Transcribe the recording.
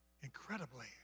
Incredibly